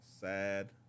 sad